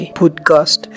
podcast